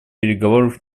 переговоров